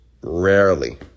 Rarely